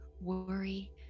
worry